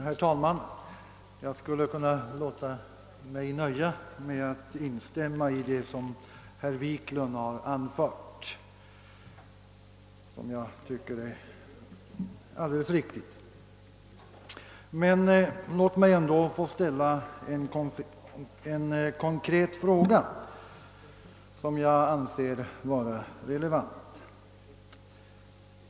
Herr talman! Jag skulle kunnat nöja mig med att instämma i det som herr Wiklund i Stockholm har anfört. Jag tycker det är alldeles riktigt. Men låt mig ändå få ställa en konkret fråga, som jag anser vara relevant!